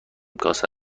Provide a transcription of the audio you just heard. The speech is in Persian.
کاسه